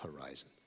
horizon